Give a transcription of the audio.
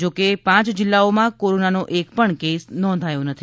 જો કે પાંચ જિલ્લાઓમાં કોરોનાનો એકપણ કેસ નોંધાયો નથી